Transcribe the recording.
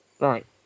Right